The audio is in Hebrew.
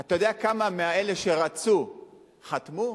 אתה יודע כמה מאלה שרצו חתמו?